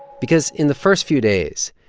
because, in the first few days,